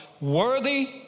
worthy